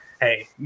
Hey